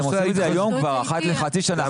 אבל אתם עושים את זה כבר היום אחת לחצי שנה.